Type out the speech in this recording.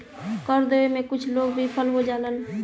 कर देबे में कुछ लोग विफल हो जालन